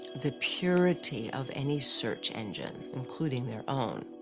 the purity of any search engine, including their own.